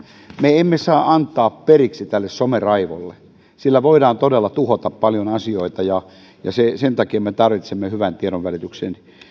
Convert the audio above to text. me emme saa antaa periksi tälle someraivolle sillä voidaan todella tuhota paljon asioita sen takia me tarvitsemme hyvän tiedonvälityksen